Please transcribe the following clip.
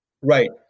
right